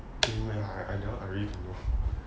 dunno leh I really don't know